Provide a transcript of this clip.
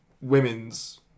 women's